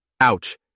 ouch